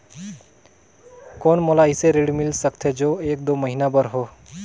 कौन मोला अइसे ऋण मिल सकथे जो एक दो महीना बर हो?